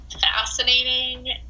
fascinating